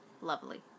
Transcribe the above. lovely